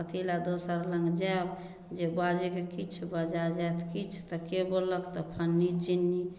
कथी लए दोसर लग जायब जे बाजय की किछु बजै जायत किछु तऽ के बोललक तऽ फलनी चिलनी